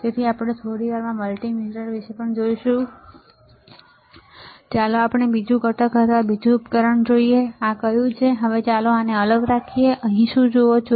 તેથી આપણે થોડીવારમાં મલ્ટિમીટર વિશે જોઈશું ચાલો આપણે બીજું ઘટક અથવા બીજું ઉપકરણ જોઈએ આ કયું છે હવે ચાલો આને અલગ રાખીએ તમે અહીં શું જુઓ છો